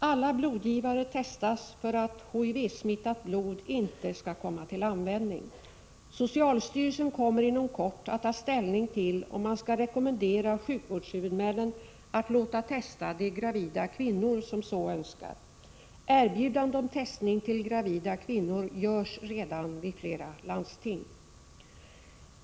Alla blodgivare testas för att HTV-smittat blod inte skall komma till användning. Socialstyrelsen kommer inom kort att ta ställning till om man skall rekommendera sjukvårdshuvudmännen att låta testa de gravida kvinnor som så önskar. Erbjudande om testning till gravida kvinnor görs redan vid flera landsting.